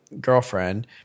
girlfriend